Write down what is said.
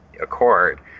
accord